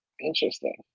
Interesting